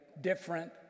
different